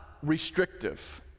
restrictive